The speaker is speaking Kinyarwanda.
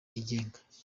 yigenga